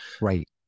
right